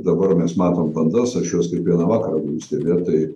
dabar mes matom bandas aš juos kiekvieną vakarą galiu stebėt tai